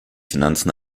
finanzen